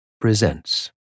presents